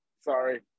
Sorry